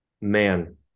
man